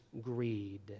greed